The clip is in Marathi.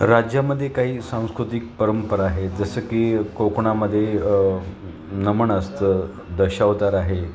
राज्यामध्ये काही सांस्कृतिक परंपरा आहे जसं की कोकणामध्ये नमन असतं दशवतार आहे